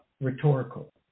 rhetorical